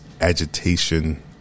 agitation